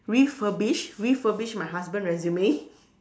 refurbished refurbished my husband resume